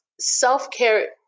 self-care